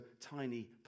tiny